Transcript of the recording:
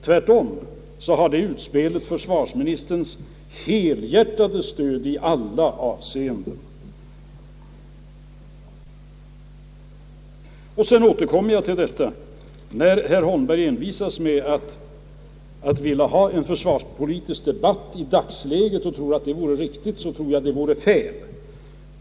Tvärtom har det utspelet mitt helhjärtade stöd i alla avseenden. Sedan återkommer jag till att herr Holmberg envisas med att vilja ha en försvarspolitisk debatt i dagsläget och tror att det vore riktigt. Jag tror att det vore fel.